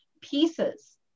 pieces